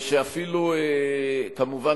וכמובן,